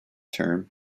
term